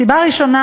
סיבה ראשונה,